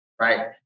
right